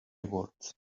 rewards